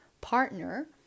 partner